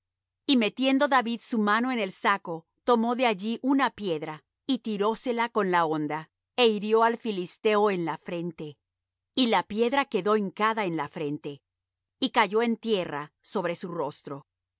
y metiendo david su mano en el saco tomó de allí una piedra y tirósela con la honda é hirió al filisteo en la frente y la piedra quedó hincada en la frente y cayó en tierra sobre su rostro